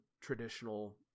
traditional